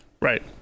Right